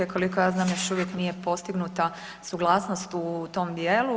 Koliko ja znam još uvijek nije postignuta suglasnost u tom dijelu.